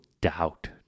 doubt